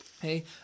Hey